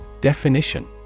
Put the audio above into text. Definition